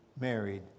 married